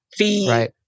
Right